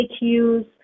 use